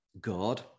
God